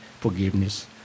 forgiveness